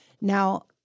Now